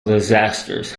disasters